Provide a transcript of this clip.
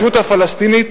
הרשות הפלסטינית,